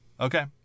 Okay